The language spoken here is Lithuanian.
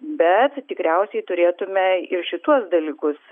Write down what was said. bet tikriausiai turėtume ir šituos dalykus